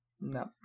No